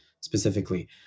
specifically